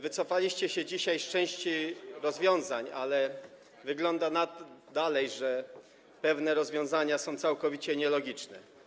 Wycofaliście się dzisiaj z części rozwiązań, ale dalej wygląda na to, że pewne rozwiązania są całkowicie nielogiczne.